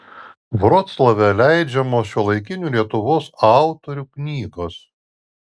vroclave leidžiamos šiuolaikinių lietuvos autorių knygos